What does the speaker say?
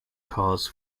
cars